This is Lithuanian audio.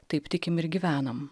taip tikim ir gyvenam